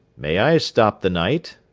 may i stop the night?